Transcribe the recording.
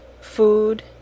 Food